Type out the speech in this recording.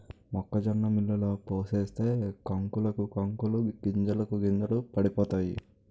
మొక్కజొన్న మిల్లులో పోసేస్తే కంకులకు కంకులు గింజలకు గింజలు పడిపోతాయి